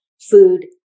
food